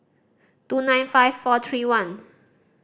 two nine five four three one